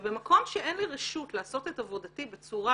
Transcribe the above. ובמקום שאין לי רשות לעשות את עבודתי בצורה